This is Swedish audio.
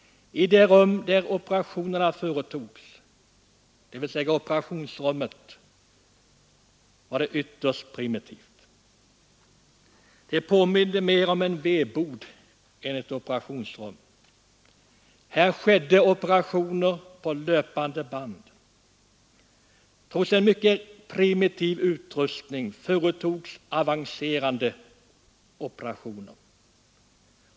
I det rum där opera tionerna företogs var det ytterst primitivt. Det påminde mer om en vedbod än om ett operationsrum. Här gjordes operationer på löpande band — trots en mycket primitiv utrustning även avancerade sådana.